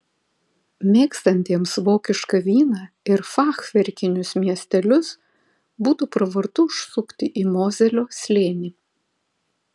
mėgstantiems vokišką vyną ir fachverkinius miestelius būtų pravartu užsukti į mozelio slėnį